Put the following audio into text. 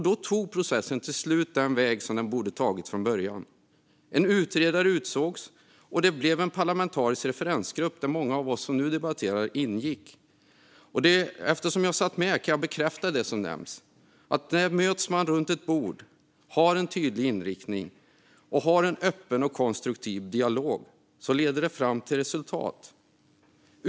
Då tog processen till slut den väg som den borde ha tagit från början. En utredare utsågs, och vi fick en parlamentarisk referensgrupp där många av oss som nu debatterar ingick. Eftersom jag satt med kan jag bekräfta att när man möts runt ett bord och har en tydlig inriktning och en öppen, konstruktiv dialog leder det fram till resultat.